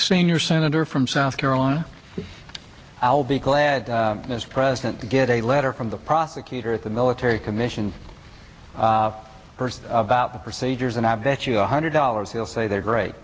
senior senator from south carolina i'll be glad as president to get a letter from the prosecutor at the military commission about the procedures and i'll bet you one hundred dollars he'll say they're great